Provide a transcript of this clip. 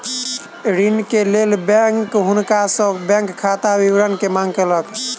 ऋणक लेल बैंक हुनका सॅ बैंक खाता विवरण के मांग केलक